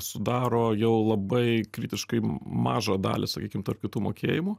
sudaro jau labai kritiškai mažą dalį sakykim tarp kitų mokėjimų